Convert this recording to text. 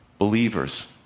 Believers